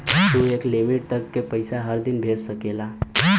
तू एक लिमिट तक के पइसा हर दिन भेज सकला